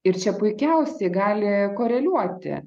ir čia puikiausiai gali koreliuoti